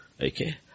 Okay